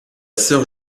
sœur